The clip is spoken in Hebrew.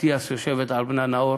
אטיאס יושבת על בנה נאור,